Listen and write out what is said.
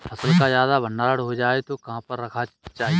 फसल का ज्यादा भंडारण हो जाए तो कहाँ पर रखना चाहिए?